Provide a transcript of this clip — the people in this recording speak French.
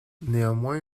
néanmoins